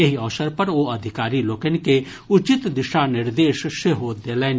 एहि अवसर पर ओ अधिकारी लोकनि के उचित दिशा निर्देश सेहो देलनि